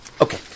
Okay